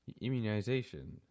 immunization